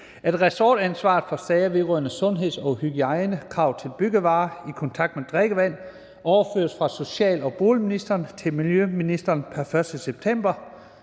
at ressortansvaret for sager vedrørende sundhed- og hygiejnekrav til byggevarer i kontakt med drikkevand overføres fra social- og boligministeren til miljøministeren pr. 1. september,